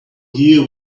here